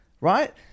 Right